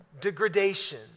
degradation